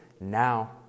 now